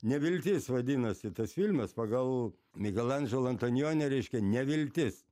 neviltis vadinasi tas filmas pagal mikelandželo antonione reiškia neviltis